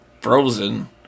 Frozen